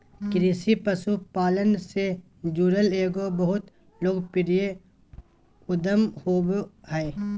कृषि पशुपालन से जुड़ल एगो बहुत लोकप्रिय उद्यम होबो हइ